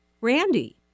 randy